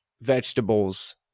vegetables